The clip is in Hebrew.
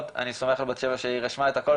אני סומך על בת שבע שהיא רשמה את הכל,